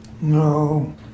no